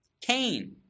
Cain